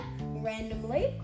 randomly